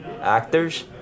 actors